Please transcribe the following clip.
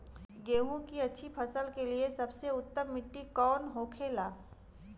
गेहूँ की अच्छी फसल के लिए सबसे उत्तम मिट्टी कौन होखे ला?